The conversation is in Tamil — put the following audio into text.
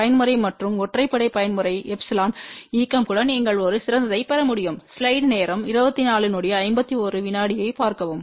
பயன்முறை மற்றும் ஒற்றைப்படை பயன்முறை எப்சிலன் இயக்கம் கூட நீங்கள் ஒரு சிறந்ததைப் பெற முடியும்